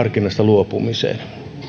luopumiseen